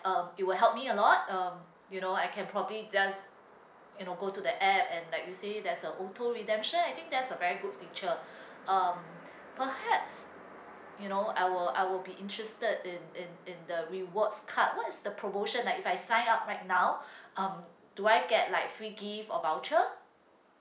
um it will help me a lot um you know I can probably just you know go to the app and like you say there's a auto redemption I think that's a very good feature um perhaps you know I will I will be interested in in in the rewards card what is the promotion like if I sign up right now um do I get like free gift or voucher